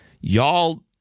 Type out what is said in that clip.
y'all